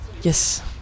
yes